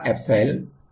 सही है